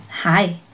Hi